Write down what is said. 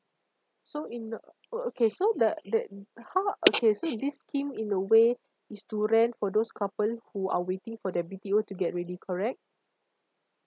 so in uh oh okay so the the how okay so this scheme in a way is to rent for those couple who are waiting for their B_T_O to get ready correct